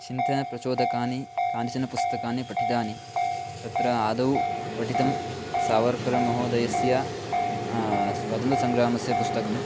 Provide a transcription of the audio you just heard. चिन्तनप्रचोदकानि कानिचन पुस्तकानि पठितानि तत्र आदौ पठितं सावर्कर् महोदयस्य स्वतन्त्रसङ्ग्रामस्य पुस्तकं